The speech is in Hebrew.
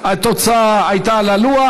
שהתוצאה הייתה על הלוח.